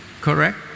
Correct